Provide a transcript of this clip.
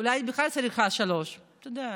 אולי בכלל צריך שלושה, אתה יודע,